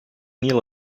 neal